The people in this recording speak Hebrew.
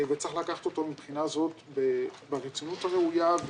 וצריך לקחת אותו מבחינה זאת ברצינות הראויה,